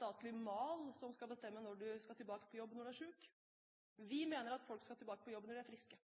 statlig mal som skal bestemme når du skal tilbake på jobb når du er syk. Vi mener at folk